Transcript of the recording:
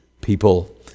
people